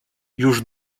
już